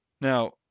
Now